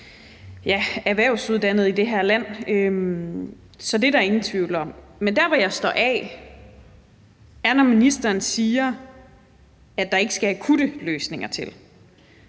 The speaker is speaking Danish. erhvervsuddannede i det her land, til livs. Så det er der ingen tvivl om. Men der, hvor jeg står af, er, når ministeren siger, at der ikke skal akutte løsninger til.